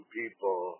people